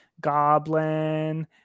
goblin